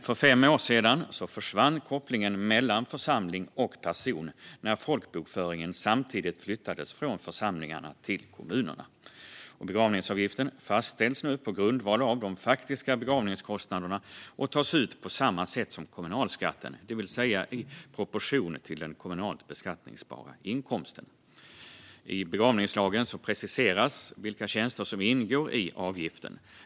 För fem år sedan försvann dock kopplingen mellan församling och person när folkbokföringen flyttades från församlingarna till kommunerna. Begravningsavgiften fastställs nu på grundval av de faktiska begravningskostnaderna och tas ut på samma sätt som kommunalskatten, det vill säga i proportion till den kommunalt beskattningsbara inkomsten. I begravningslagen preciseras vilka tjänster som ingår i avgiften.